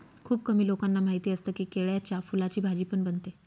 खुप कमी लोकांना माहिती असतं की, केळ्याच्या फुलाची भाजी पण बनते